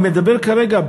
אני מדבר כרגע,